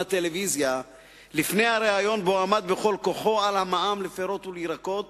הטלוויזיה לפני הריאיון שבו עמד בכל כוחו על המע"מ לפירות וירקות,